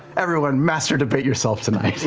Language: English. everyone, master debate yourself tonight.